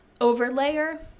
overlayer